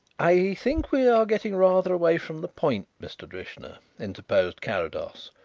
i think we are getting rather away from the point, mr. drishna, interposed carrados,